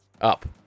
up